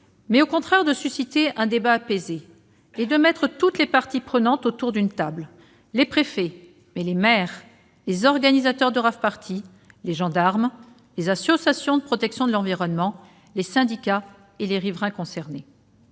mais, au contraire, de susciter un débat apaisé et de mettre toutes les parties prenantes autour d'une table : les préfets, les maires, les organisateurs de rave-parties, les gendarmes, les associations de protection de l'environnement, les syndicats et les riverains concernés.